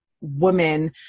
women